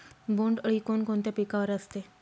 बोंडअळी कोणकोणत्या पिकावर असते?